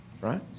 right